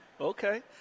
Okay